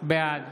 בעד